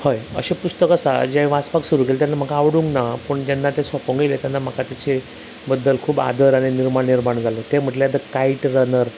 हय अशें पुस्तक आसा जें वाचपाक सुरू केल्ले तेन्ना म्हाका आवडूंक ना जेन्ना तें सोपोंक येयलें तेन्ना म्हाका तेचे बद्दल खूब आदर आनी निर्माण निर्माण जालें तें म्हटल्यार द कायट रनर